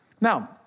Now